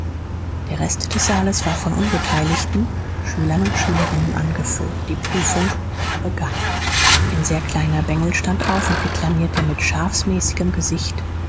der rest des saales war von unbeteiligten schülern und schülerinnen angefüllt die prüfung begann ein sehr kleiner bengel stand auf und deklamierte mit schafsmäßigem gesicht